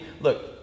look